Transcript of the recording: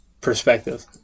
perspective